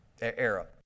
era